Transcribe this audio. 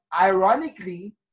ironically